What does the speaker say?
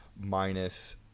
minus